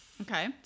Okay